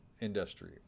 industry